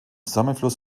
zusammenfluss